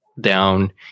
down